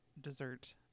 dessert